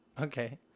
Okay